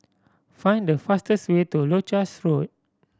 find the fastest way to Leuchars Road